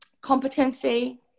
competency